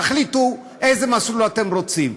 תחליטו איזה מסלול אתם רוצים,